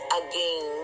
again